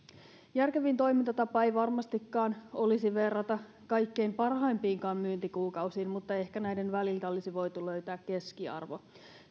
järkevin toimintatapa ei varmastikaan olisi verrata kaikkein parhaimpiinkaan myyntikuukausiin mutta ehkä näiden väliltä olisi voitu löytää keskiarvo